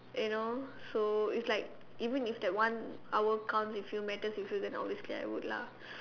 you know so it's like even if that one hour counts if you matters if you then obviously I would lah